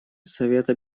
совета